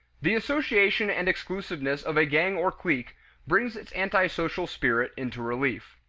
the isolation and exclusiveness of a gang or clique brings its antisocial spirit into relief.